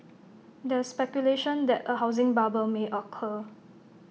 there's speculation that A housing bubble may occur